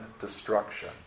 destruction